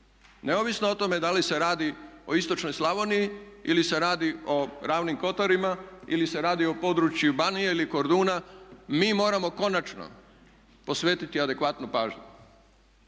neovisno o tome da li se radi o istočnoj Slavoniji ili se radi o Ravnim kotarima ili se radi o području Banije ili Korduna mi moramo konačno posvetiti adekvatnu pažnju.